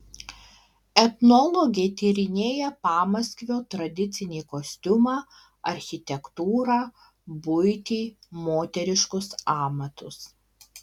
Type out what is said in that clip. etnologė tyrinėja pamaskvio tradicinį kostiumą architektūrą buitį moteriškus amatus